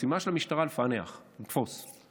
המשימה של המשטרה לפענח, לתפוס,